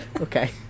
Okay